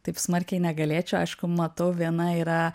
taip smarkiai negalėčiau aišku matau viena yra